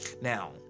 Now